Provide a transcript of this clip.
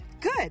Good